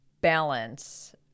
balance